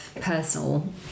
personal